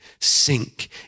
sink